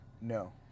No